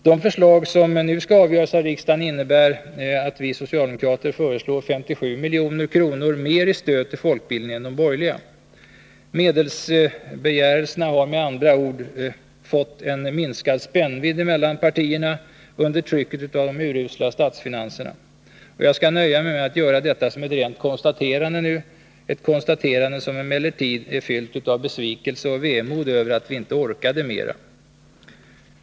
De förslag som nu skall avgöras av riksdagen innebär att vi socialdemokrater föreslår 57 milj.kr. mer i stöd till folkbildningen än de borgerliga. ”Medelsbegärelserna” har med andra ord fått en minskad spännvidd mellan partierna, under trycket av de urusla statsfinanserna. Jag skall nu nöja mig med att säga detta som ett rent konstaterande — ett konstaterande som emellertid är fyllt av besvikelse och vemod över att vi inte orkade mer.